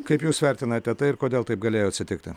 kaip jūs vertinate tai ir kodėl taip galėjo atsitikti